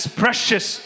precious